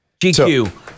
GQ